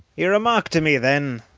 he remarked to me then,